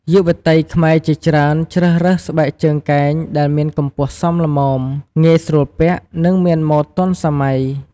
យុវតីខ្មែរជាច្រើនជ្រើសរើសស្បែកជើងកែងដែលមានកម្ពស់សមល្មម ងាយស្រួលពាក់ និងមានម៉ូដទាន់សម័យ។